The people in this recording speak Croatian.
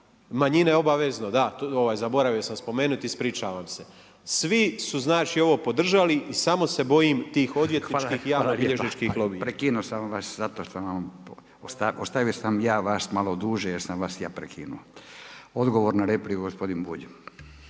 Manjine obavezno, da zaboravio sam spomenuti, ispričavam se. Svi su znači ovo podržali i samo se bojim tih odvjetničkih i javnobilježničkih Lobija. **Radin, Furio (Nezavisni)** Hvala, hvala lijepa. Prekinuo sam vas zato što sam vam ostavio sam vas ja malo duže jer sam vas ja prekinuo. Odgovor na repliku gospodin Bulj.